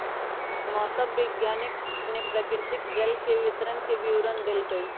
मौसम वैज्ञानिक ने प्रकृति में जल के वितरण के विवरण देल कई